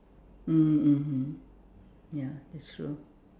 mm mmhmm ya that's true